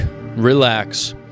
relax